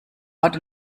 ort